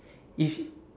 is